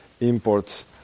imports